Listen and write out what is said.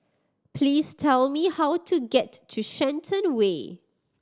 please tell me how to get to Shenton Way